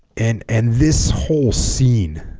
and and this whole scene